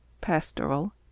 pastoral